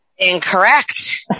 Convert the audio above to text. Incorrect